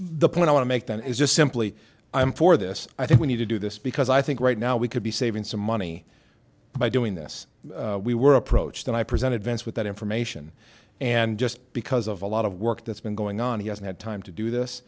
the point i want to make then is just simply i'm for this i think we need to do this because i think right now we could be saving some money by doing this we were approached and i presented vince with that information and just because of a lot of work that's been going on he hasn't had time to do this